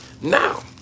Now